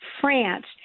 France